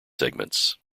segments